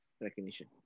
recognition